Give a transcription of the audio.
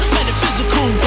Metaphysical